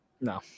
No